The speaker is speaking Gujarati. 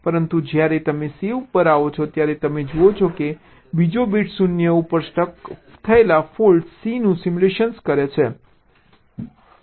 પરંતુ જ્યારે તમે c ઉપર આવો છો ત્યારે તમે જુઓ છો કે બીજો બીટ 0 ઉપર સ્ટક થયેલા ફોલ્ટ c નું સિમ્યુલેટ કરે છે